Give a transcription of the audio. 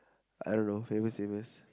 I don't know Famous-Amos